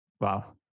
Wow